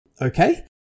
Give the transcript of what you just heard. Okay